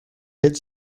hit